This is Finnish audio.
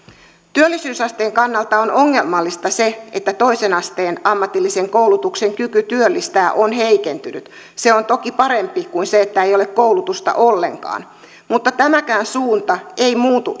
työllisyysasteen kannalta on ongelmallista se että toisen asteen ammatillisen koulutuksen kyky työllistää on heikentynyt se on toki parempi kuin se että ei ole koulutusta ollenkaan mutta tämäkään suunta ei muutu